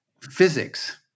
physics